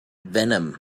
venom